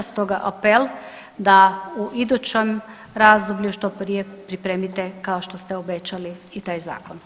Stoga apel da u idućem razdoblju što prije pripremite kao što ste obećali i taj zakon.